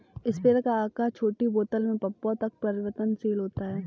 sprayer का आकार छोटी बोतल से पंपों तक परिवर्तनशील होता है